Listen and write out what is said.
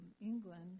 England